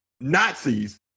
Nazis